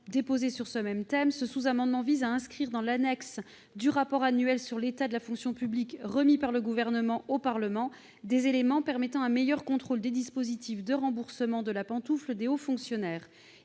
nos amendements sur ce thème, vise à inscrire dans l'annexe du rapport annuel sur l'état de la fonction publique, remis par le Gouvernement au Parlement, des éléments de nature à favoriser un meilleur contrôle des dispositifs de remboursement de la pantoufle des hauts fonctionnaires.